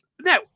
Now